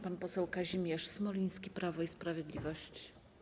Pan poseł Kazimierz Smoliński, Prawo i Sprawiedliwość.